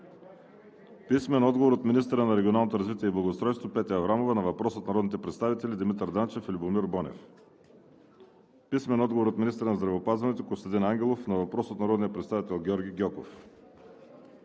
Клисурска-Жекова; - министъра на регионалното развитие и благоустройството Петя Аврамова на въпрос от народните представители Димитър Данчев и Любомир Бонев; - министъра на здравеопазването Костадин Ангелов на въпрос от народния представител Георги Гьоков;